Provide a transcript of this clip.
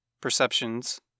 Perceptions